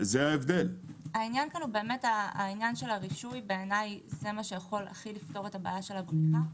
העניין של הרישוי הכי יכול לפתור את עניין הבריחה.